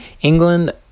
England